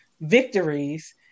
victories